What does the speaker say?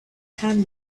can